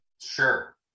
Sure